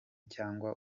cyangwa